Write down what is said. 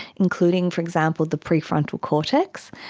including for example the prefrontal cortex,